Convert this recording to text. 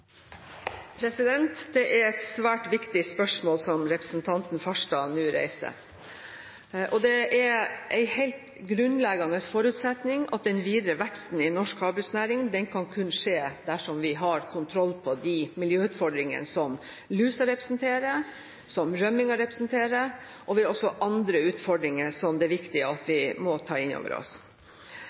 Det er et svært viktig spørsmål som representanten Farstad nå reiser. Det er en helt grunnleggende forutsetning at den videre veksten i norsk havbruksnæring kun kan skje dersom vi har kontroll på de miljøutfordringene som lusa representerer, som rømminga representerer, og vi har også andre utfordringer som det er viktig at vi tar inn over oss.